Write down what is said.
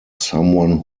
someone